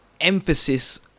emphasis